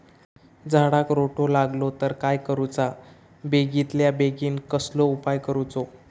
झाडाक रोटो लागलो तर काय करुचा बेगितल्या बेगीन कसलो उपाय करूचो?